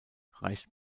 reicht